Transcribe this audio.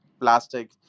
plastic